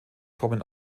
kommen